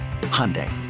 hyundai